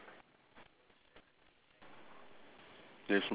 one brown sheep two white and then the two is grey